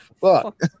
Fuck